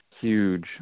huge